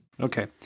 Okay